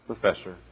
professor